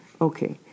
Okay